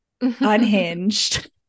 Unhinged